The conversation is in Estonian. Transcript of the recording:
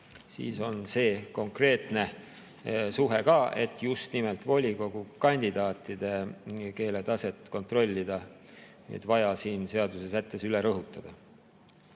siis on see konkreetne säte ka, et just nimelt volikogu kandidaatide keeletaset kontrollida, vaja siin seaduses üle rõhutada.